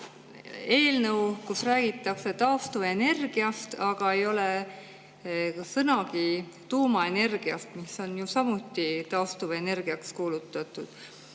eelnõu, kus räägitakse taastuvenergiast, aga ei ole sõnagi tuumaenergiast, mis on ju samuti taastuvenergiaks kuulutatud.